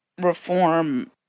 reform